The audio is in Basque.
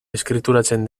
eskrituratzen